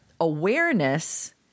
awareness